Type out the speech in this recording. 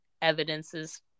Evidences